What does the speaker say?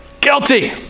Guilty